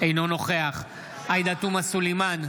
אינו נוכח עאידה תומא סלימאן,